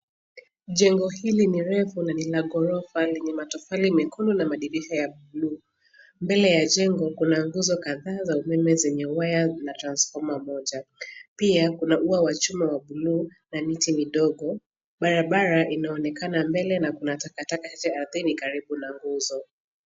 Jengo hili ni refu na ni la ghorofa lenye matofali mekundu na madirisha ya buluu. Mbele ya jengo kuna nguzo kadhaa za umeme zenye waya na transfoma moja. Pia kuna ua wa chuma wa buluu na miti midogo. Barabara inaonekana mbele na kuna takataka ardhini karibu na nguzo.